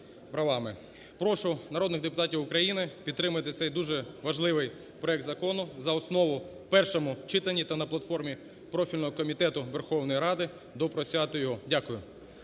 Прошу народних депутатів України підтримати цей дуже важливий проект закону за основу в першому читанні та на платформі профільного комітету Верховної Ради доопрацювати його. Дякую.